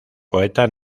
poeta